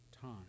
time